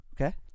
Okay